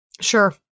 Sure